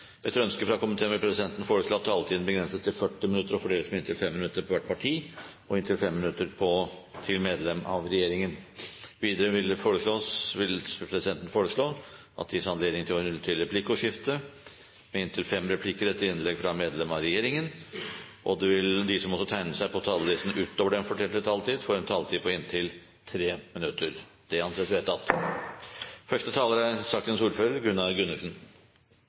Etter ønske fra finanskomiteen vil presidenten foreslå at taletiden begrenses til 40 minutter og fordeles med inntil 5 minutter til hvert parti og inntil 5 minutter til medlem av regjeringen. Videre vil presidenten foreslå at det gis anledning til replikkordskifte på inntil fem replikker med svar etter innlegg fra medlem av regjeringen innenfor den fordelte taletid. Videre blir det foreslått at de som måtte tegne seg på talerlisten utover den fordelte taletid, får en taletid på inntil 3 minutter. – Det anses vedtatt.